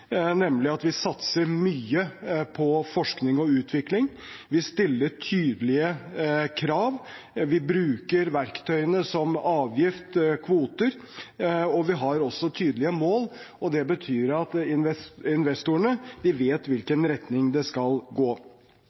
nemlig at vi satser mye på forskning og utvikling. Vi stiller tydelige krav, vi bruker verktøy som avgift og kvoter. Vi har også tydelige mål, og det betyr at investorene vet hvilken retning det skal gå